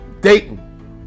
Dayton